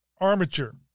armature